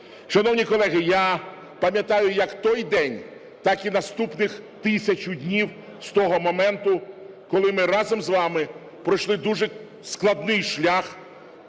Шановні колеги, я пам'ятаю, як той день, так і наступних 1000 днів з того моменту, коли ми разом з вами пройшли дуже складний шлях